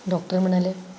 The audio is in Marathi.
डॉक्टर म्हणाले